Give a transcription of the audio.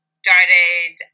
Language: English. started